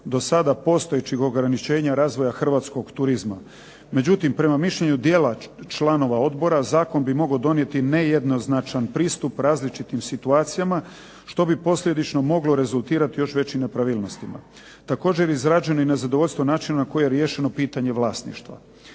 dosada postojećih ograničenja razvoja hrvatskog turizma. Međutim, prema mišljenju dijela članova odbora zakon bi mogao donijeti ne jednoznačan pristup različitim situacijama što bi posljedično moglo rezultirati još većim nepravilnostima. Također izraženo je i nezadovoljstvo načinom na koji je riješeno pitanje vlasništva.